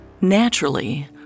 Naturally